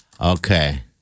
Okay